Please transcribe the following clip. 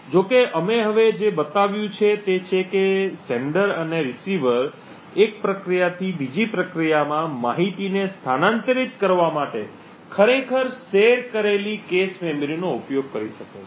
જો કે અમે હવે જે બતાવ્યું છે તે છે કે પ્રેષક અને પ્રાપ્તકર્તા એક પ્રક્રિયાથી બીજી પ્રક્રિયામાં માહિતીને સ્થાનાંતરિત કરવા માટે ખરેખર શેર કરેલી કૅશ મેમરીનો ઉપયોગ કરી શકે છે